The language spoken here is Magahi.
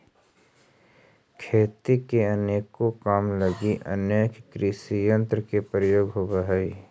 खेती के अनेको काम लगी अनेक कृषियंत्र के प्रयोग होवऽ हई